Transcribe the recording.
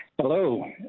Hello